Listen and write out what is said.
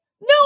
no